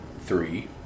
three